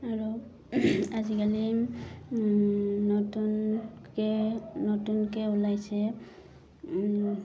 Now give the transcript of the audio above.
আৰু আজিকালি নতুনকৈ নতুনকৈ ওলাইছে